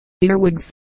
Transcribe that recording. earwigs